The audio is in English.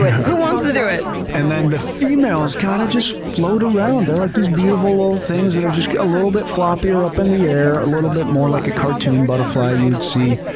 who wants to do it? and then the females kinda kind of just float around. they're like these beautiful little things that are just a little bit floppier up in the air, a little bit more like a cartoon butterfly you would see.